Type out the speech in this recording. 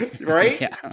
right